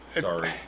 Sorry